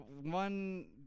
one